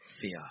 fear